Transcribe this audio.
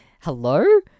Hello